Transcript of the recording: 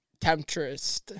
Temptress